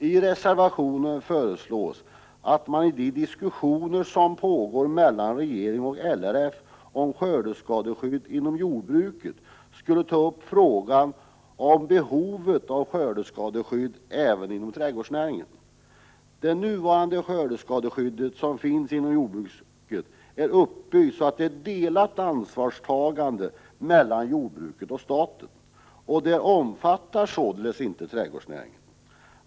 I reservationen föreslås att man i de diskussioner som pågår mellan regeringen och LRF om skördeskadeskydd inom jordbruket skulle ta upp frågan om behovet av skördeskadeskydd även inom trädgårdsnäringen. Det nuvarande skördeskadeskyddet inom jordbruket är så uppbyggt att det är ett delat ansvarstagande mellan jordbruket och staten, och det omfattar således inte trädgårdsnäringen.